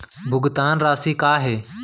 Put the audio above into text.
भुगतान राशि का हे?